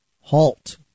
halt